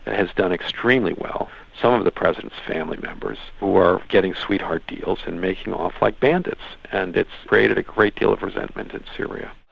and has done extremely well. some of the president's family members who are getting sweetheart deals and making off like bandits, and it's created a great deal of resentment in syria.